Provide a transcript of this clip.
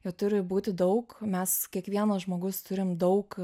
jo turi būti daug mes kiekvienas žmogus turim daug